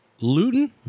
Luton